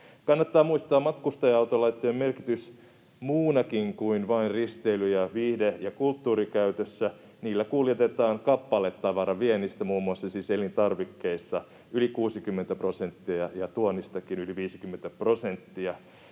Kannattaa muistaa matkustaja-autolauttojen merkitys muussakin kuin vain risteily-, viihde- ja kulttuurikäytössä. Niillä kuljetetaan kappaletavaraviennistä, siis muun muassa elintarvikkeista, yli 60 prosenttia ja tuonnistakin yli 50 prosenttia.